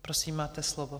Prosím, máte slovo.